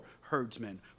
herdsmen